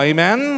Amen